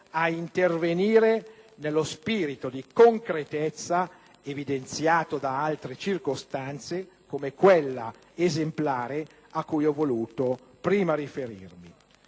a intervenire nello spirito di concretezza evidenziato da altre circostanze come quella esemplare a cui ho voluto prima riferirmi.